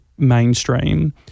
mainstream